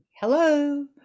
hello